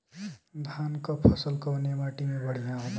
धान क फसल कवने माटी में बढ़ियां होला?